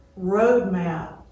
roadmap